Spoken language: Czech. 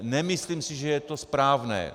Nemyslím si, že je to správné.